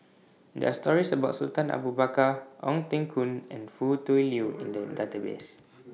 There Are stories about Sultan Abu Bakar Ong Teng Koon and Foo Tui Liew in The Database